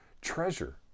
treasure